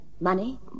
Money